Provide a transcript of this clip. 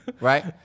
Right